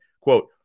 quote